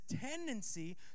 tendency